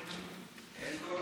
מצביעה,